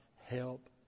help